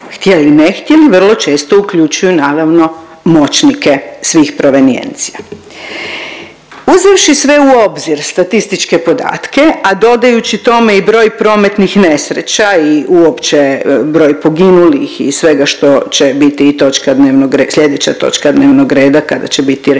htjeli ne htjeli vrlo često uključuju naravno moćnike svih provenijencija. Uzevši sve u obzir statističke podatke, a dodajući tome i broj prometnih nesreća i uopće broj poginulih i svega što će biti i točka dnevnog .../nerazumljivo/...